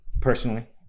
personally